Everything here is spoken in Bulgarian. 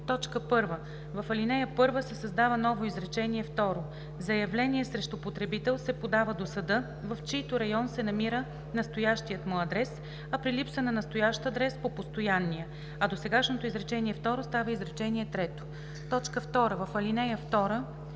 1. В ал. 1 се създава ново изречение второ: „Заявление срещу потребител се подава до съда, в чийто район се намира настоящият му адрес, а при липса на настоящ адрес – по постоянния.“, а досегашното изречение второ става изречение трето. 2. В ал. 2: